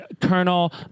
colonel